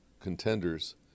contenders